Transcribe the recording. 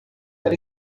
ela